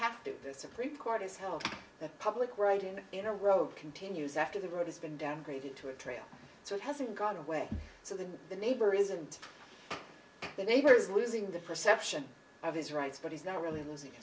have to the supreme court has held that public writing in a row continues after the road has been downgraded to a trail so it hasn't gone away so that the neighbor isn't the neighbor is losing the perception of his rights but he's not really